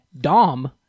Dom